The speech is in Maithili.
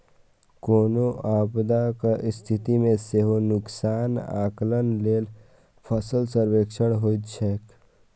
कोनो आपदाक स्थिति मे सेहो नुकसानक आकलन लेल फसल सर्वेक्षण होइत छैक